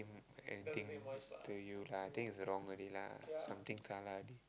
in I think to you ah I think it's wrong already lah something salah already